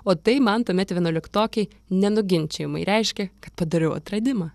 o tai man tuomet vienuoliktokei nenuginčijamai reiškė kad padariau atradimą